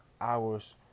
hours